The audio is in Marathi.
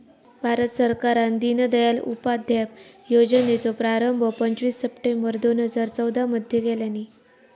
भारत सरकारान दिनदयाल उपाध्याय योजनेचो प्रारंभ पंचवीस सप्टेंबर दोन हजार चौदा मध्ये केल्यानी